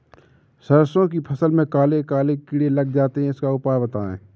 सरसो की फसल में काले काले कीड़े लग जाते इसका उपाय बताएं?